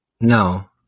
no